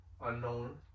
unknown